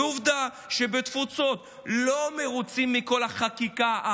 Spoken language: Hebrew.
ועובדה שבתפוצות לא מרוצים מכל החקיקה,